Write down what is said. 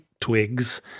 twigs